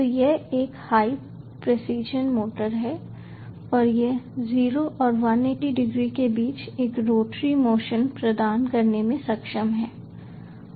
तो यह एक हाई प्रेसीजन मोटर है और यह 0 और 180 डिग्री के बीच एक रोटरी मोशन प्रदान करने में सक्षम है